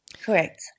Correct